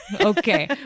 Okay